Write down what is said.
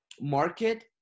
market